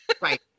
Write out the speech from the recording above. Right